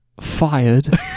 fired